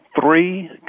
three